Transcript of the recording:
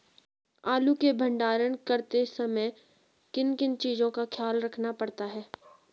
आलू के भंडारण करते समय किन किन चीज़ों का ख्याल रखना पड़ता है?